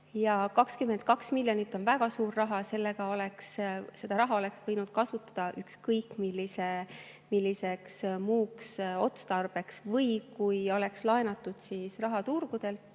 22 miljonit on väga suur raha, seda raha oleks võinud kasutada ükskõik milliseks muuks otstarbeks. Või kui oleks laenatud raha turgudelt